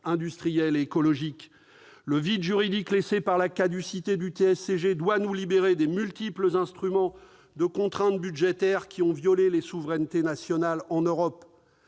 industriel et écologique. Le vide juridique laissé par la caducité du TSCG doit nous libérer des multiples instruments de contrainte budgétaire qui ont violé les souverainetés nationales en Europe.